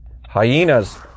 Hyenas